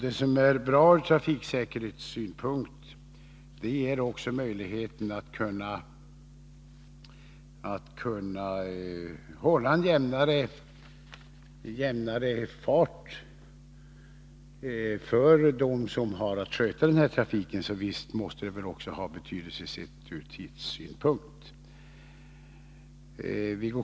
En ökad trafiksäkerhet ger också dem som har att sköta denna trafik möjlighet att hålla en jämnare fart. Så visst måste det väl ha betydelse också från tidssynpunkt.